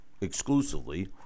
exclusively